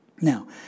Now